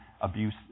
abuse